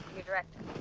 your director.